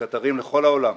לקטרים לכל העולם,